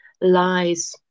lies